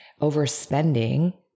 overspending